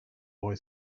boy